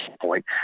point